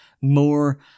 more